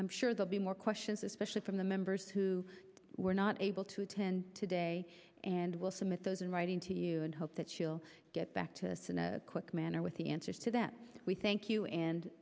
i'm sure they'll be more questions especially from the members who were not able to attend today and will submit those in writing to you and hope that you'll get back to the net quick manner with the answers to that we thank you and